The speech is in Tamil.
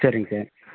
சரிங்க சார்